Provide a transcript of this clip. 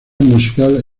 musical